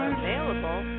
available